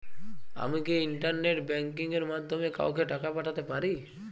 আমি কি internet banking এর মাধ্যমে কাওকে টাকা পাঠাতে পারি?